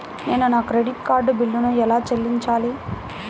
నేను నా credit card బిల్లును ఎలా చెల్లించాలీ?